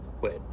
wait